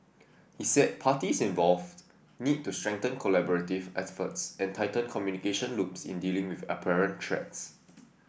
he said parties involved need to strengthen collaborative efforts and tighten communication loops in dealing with apparent threats